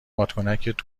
بادکنکت